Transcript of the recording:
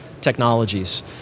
technologies